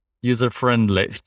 user-friendly